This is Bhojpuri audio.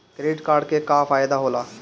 क्रेडिट कार्ड के का फायदा होला?